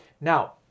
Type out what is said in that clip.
Now